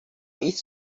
its